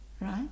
right